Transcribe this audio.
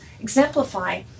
exemplify